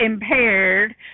impaired